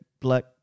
black –